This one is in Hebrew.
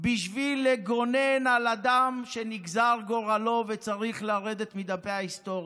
בשביל לגונן על אדם שנגזר גורלו וצריך לרדת מדפי ההיסטוריה?